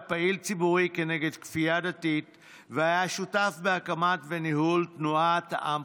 פעיל ציבורי נגד כפייה דתית והיה שיתוף בהקמה וניהול תנועת עם חופשי.